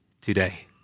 today